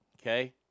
Okay